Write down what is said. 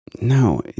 No